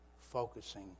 focusing